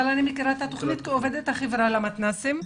אבל אני מכירה את התוכנית כעובדת החברה למתנ"סים.